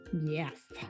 Yes